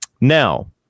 Now